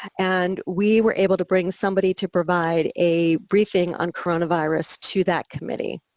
and we were able to bring somebody to provide a briefing on coronavirus to that committee.